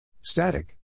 Static